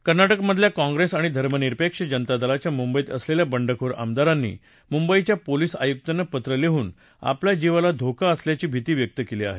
कर्नाटकमधल्या काँग्रेस आणि धर्मनिरपेक्ष जनता दलाच्या मुद्धित असलेल्या बद्धुखोर आमदारातीी मुद्धिच्या पोलिस आयुकाती पत्र लिहन आपल्या जीवाला धोका असल्याची भीती व्यक्त केली आहे